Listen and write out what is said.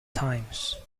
times